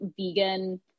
vegan